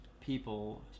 people